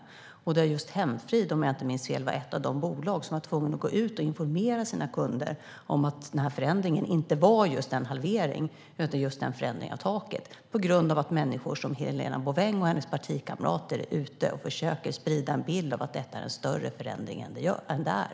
Hemfrid var om jag inte minns fel ett av de bolag som var tvungna att gå ut och informera sina kunder om att förändringen inte var en halvering utan en förändring av taket. Det var på grund av att människor som Helena Bouveng och hennes partikamrater är ute och försöker sprida en bild av att detta är en större förändring än det är.